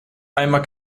einmal